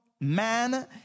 man